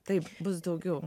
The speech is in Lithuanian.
taip bus daugiau